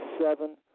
seven